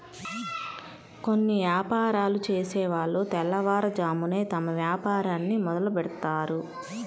కొన్ని యాపారాలు చేసేవాళ్ళు తెల్లవారుజామునే తమ వ్యాపారాన్ని మొదలుబెడ్తారు